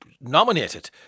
nominated